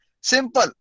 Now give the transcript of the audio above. Simple